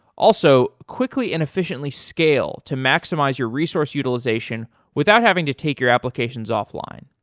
also, quickly and efficiently scale to maximize your resource utilization without having to take your applications offline.